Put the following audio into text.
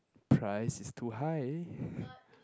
price is too high